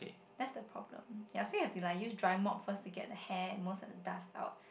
that's the problem ya so you have to like use dry mop first to get the hair and most of the dust out